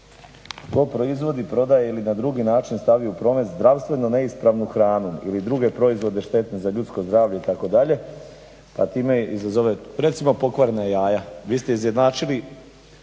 proizvodi, prodaje ili na drugi način stavi u promet zdravstveno neispravnu hranu ili druge proizvode štetne za ljudsko zdravlje itd. a time izazove, recimo pokvarena jaja. Vi ste izjednačili